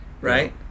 Right